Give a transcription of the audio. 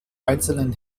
einzelnen